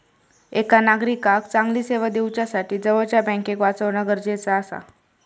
एका नागरिकाक चांगली सेवा दिवच्यासाठी जवळच्या बँकेक वाचवणा गरजेचा आसा